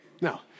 No